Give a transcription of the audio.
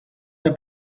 der